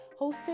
hosted